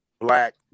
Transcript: black